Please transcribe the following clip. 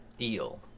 eel